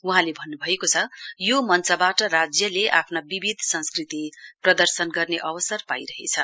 वहाँले भन्नुभएको छ यो मञ्चबाट राज्यले आफ्ना विविध संस्कृति प्रदर्शन गर्ने अवसर पाईरहेछ